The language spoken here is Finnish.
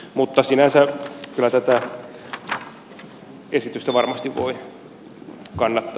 mutta sinänsä kyllä tätä esitystä varmasti voi kannattaa